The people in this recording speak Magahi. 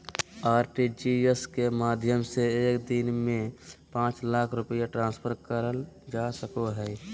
आर.टी.जी.एस के माध्यम से एक दिन में पांच लाख रुपया ट्रांसफर करल जा सको हय